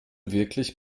wirklich